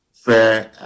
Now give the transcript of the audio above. fair